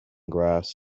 graphs